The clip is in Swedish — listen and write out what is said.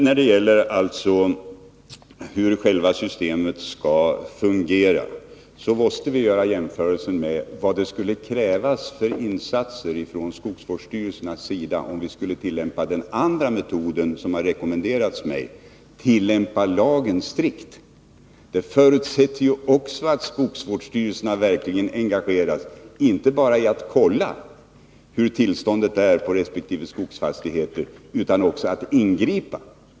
När det sedan gäller hur själva systemet skall fungera måste vi göra jämförelsen med vad det skulle krävas för insatser från skogsvårdsstyrelsernas sida om vi skulle använda den andra metod som har rekommenderats mig, nämligen att tillämpa lagen strikt. Det förutsätter också att skogsvårdsstyrelserna inte bara engagerar sig i att kolla hur tillståndet är på resp. skogsfastigheter utan också måste ingripa.